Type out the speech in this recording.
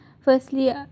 Firstly